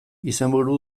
izenburu